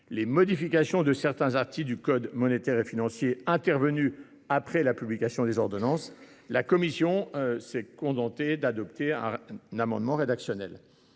les modifications de certains articles du code monétaire et financier intervenues après la publication des ordonnances. Sur ce point, la commission s'est contentée d'adopter un amendement rédactionnel.